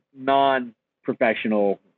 non-professional